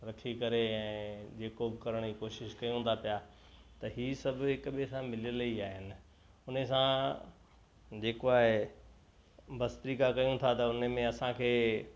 रखी करे ऐं जेको बि करण जी कोशिशि कयूं था पिया त हीअ सभु हिक ॿिए सां मिलियल ही आहिनि उनेसां जेको आहे भस्त्रिका कयूं था त उनमें असांखे